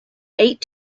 eight